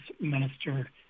minister